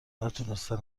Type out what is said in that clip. نتونستن